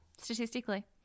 Statistically